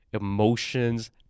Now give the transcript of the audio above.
emotions